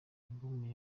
album